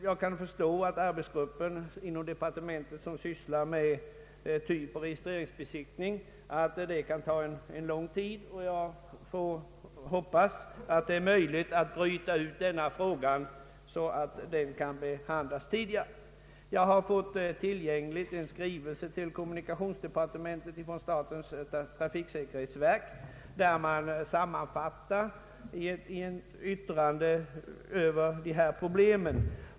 Jag kan förstå att den arbetsgrupp inom departementet som sysslar med typoch registreringsbesiktning behöver ta lång tid på sig. Jag hoppas därför att det är möjligt att bryta ut den här frågan så att den kan behandlas tidigare. I en skrivelse till kommunikationsdepartementet från statens trafiksäkerhetsverk sammanfattas synpunkterna på det här problemet.